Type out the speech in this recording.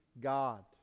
God